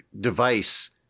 device